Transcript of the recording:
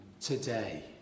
today